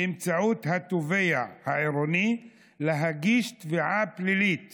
באמצעות התובע העירוני, להגיש תביעה פלילית